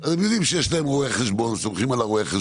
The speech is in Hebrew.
אנשים יודעים שיש להם רואה חשבון והם סומכים עליו.